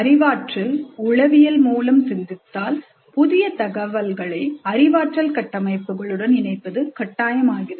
அறிவாற்றல் உளவியல் மூலம் சிந்தித்தால் புதிய தகவல்களை அறிவாற்றல் கட்டமைப்புகள் உடன்இணைப்பது கட்டாயமாகிறது